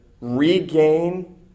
regain